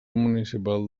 municipal